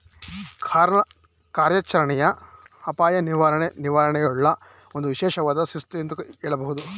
ಕಾರ್ಯಾಚರಣೆಯ ಅಪಾಯ ನಿರ್ವಹಣೆ ನಿರ್ವಹಣೆಯೂಳ್ಗೆ ಒಂದು ವಿಶೇಷವಾದ ಶಿಸ್ತು ಎಂದು ಹೇಳಬಹುದು